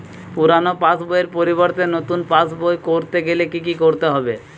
পুরানো পাশবইয়ের পরিবর্তে নতুন পাশবই ক রতে গেলে কি কি করতে হবে?